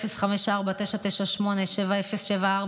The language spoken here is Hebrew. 054-9987074,